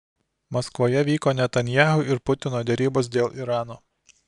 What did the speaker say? maskvoje vyko netanyahu ir putino derybos dėl irano